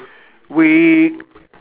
we